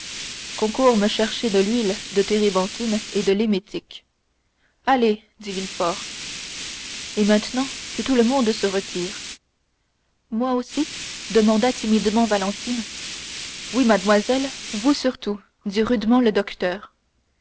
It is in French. coure me chercher de l'huile de térébenthine et de l'émétique allez dit villefort et maintenant que tout le monde se retire moi aussi demanda timidement valentine oui mademoiselle vous surtout dit rudement le docteur